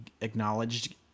acknowledged